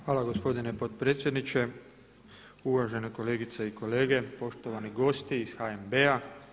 Hvala gospodine potpredsjedniče, uvažene kolegice i kolege, poštovani gosti iz HNB-a.